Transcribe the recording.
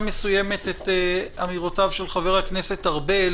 מסוימת את אמירותיו של חבר הכנסת ארבל